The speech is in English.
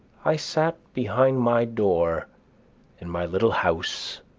i sat behind my door in my little house,